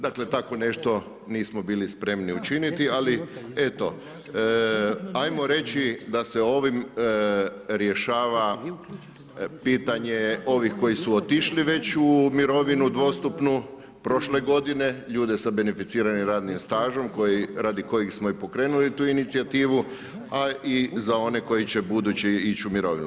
Dakle, takvo nešto nismo bili spremni učiniti, ali eto, ajmo reći da se ovim rješava pitanje ovih koji su otišli već u mirovinu dvostupnu, prošle godine, ljude sa beneficiranim radnim stažem, koji, radi kojih smo i pokrenuli tu inicijativu, a i za one koji će buduće ići u mirovinu.